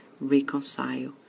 reconcile